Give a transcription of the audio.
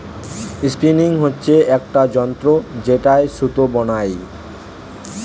spinning হচ্ছে একটা যন্ত্র যেটায় সুতো বানাই